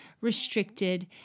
restricted